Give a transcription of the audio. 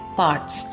parts